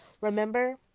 Remember